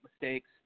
mistakes